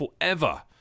forever